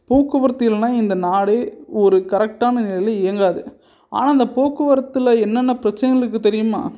போக்குவரத்து இல்லைன்னா இந்த நாடு ஒரு கரெக்டான நிலையில் இயங்காது ஆனால் அந்த போக்குவரத்தில் என்னென்ன பிரச்சனைகள் இருக்குது தெரியுமா